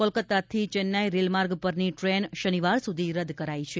કોલકતા થી ચેન્નાઇ રેલમાર્ગ પરની ટ્રેન શનિવાર સુધી રદ કરાઇ છે